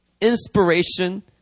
inspiration